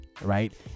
Right